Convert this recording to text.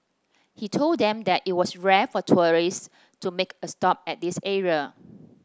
he told them that it was rare for tourists to make a stop at this area